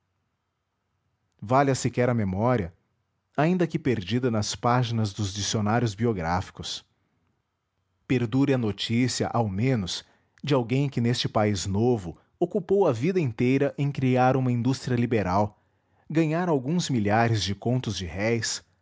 laboremus valha sequer a memória ainda que perdida nas páginas dos dicionários biográficos perdure a notícia ao menos de alguém que neste país novo ocupou a vida inteira em criar uma indústria liberal ganhar alguns milhares de contos de réis